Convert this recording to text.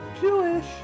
Jewish